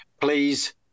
Please